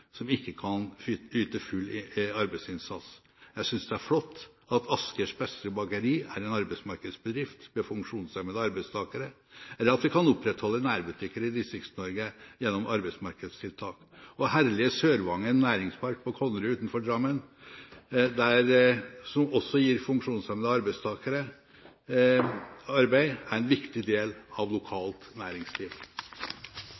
som ikke kan yte full arbeidsinnsats. Jeg synes det er flott at Askers beste bakeri er en arbeidsmarkedsbedrift med funksjonshemmede arbeidstakere, og at vi kan opprettholde nærbutikker i Distrikts-Norge gjennom arbeidsmarkedstiltak. Og herlige Sørvangen Næringspark på Konnerud utenfor Drammen, som også gir funksjonshemmede arbeidstakere arbeid, er en viktig del av